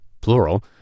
plural